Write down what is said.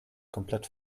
komplett